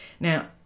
Now